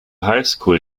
highschool